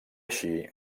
així